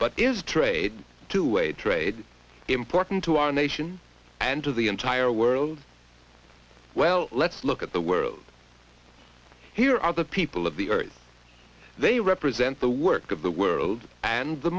but is trade two way trade important to our nation and to the entire world well let's look at the world here are the people of the earth they represent the work of the world and the